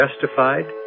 justified